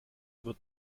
wird